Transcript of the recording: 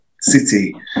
city